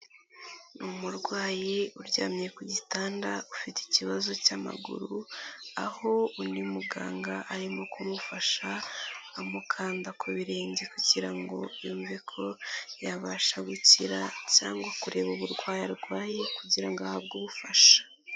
Ni umurwayi uryamye ku gitanda ufite ikibazo cy'amaguru aho undi muganga arimo kumufasha amukanda ku birenge kugira ngo yumve ko yabasha gukira cyangwa kureba uburwayi arwaye kugira ngo ahabwe ubufasha.